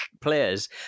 players